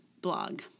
blog